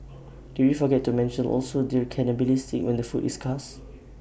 did we forget to mention also that cannibalistic when the food is scarce